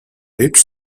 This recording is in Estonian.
üks